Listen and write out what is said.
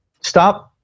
stop